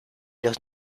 los